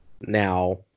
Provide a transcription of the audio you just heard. Now